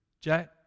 Jack